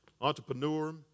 entrepreneur